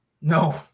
no